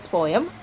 Poem